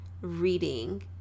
reading